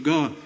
God